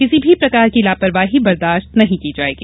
किसी भी प्रकार कि लापरवाही बर्दास्त नहीं की जायेगी